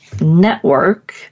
network